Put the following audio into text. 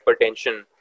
hypertension